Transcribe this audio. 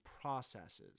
processes